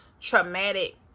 traumatic